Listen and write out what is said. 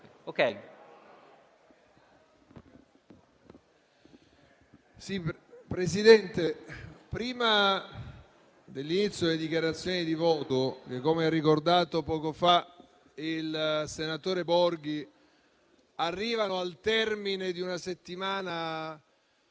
Presidente, prima dell'inizio delle dichiarazioni di voto che, come ha ricordato poco fa il senatore Enrico Borghi, arrivano al termine di una settimana